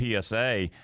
PSA